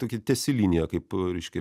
tokia tiesi linija kaip reiškia